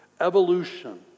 evolution